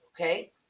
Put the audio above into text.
okay